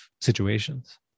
situations